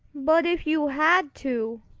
but if you had to?